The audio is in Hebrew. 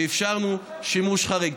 ואפשרנו שימוש חריג.